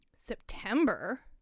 September